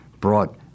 brought